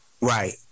right